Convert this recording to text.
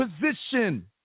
position